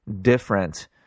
different